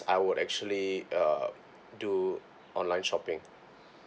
I would actually uh do online shopping